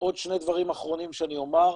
עוד שני דברים אחרונים שאומר,